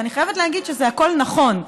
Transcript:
ואני חייבת להגיד שהכול נכון,